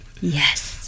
yes